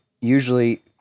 usually